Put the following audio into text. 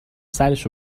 سرش